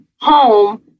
home